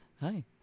Hi